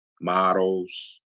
models